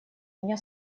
меня